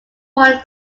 one